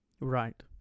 Right